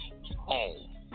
home